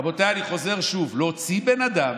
רבותיי, אני חוזר שוב: להוציא בן אדם,